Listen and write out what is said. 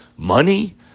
Money